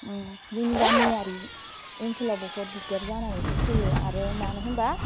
उम जोंनि गामियारि ओनसोलाव बहुत दिगदार जानानै फैयो आरो मानो होमबा